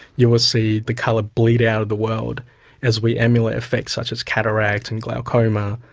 you will see the colour bleed out of the world as we emulate effects such as cataract and glaucoma,